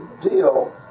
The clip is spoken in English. deal